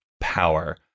power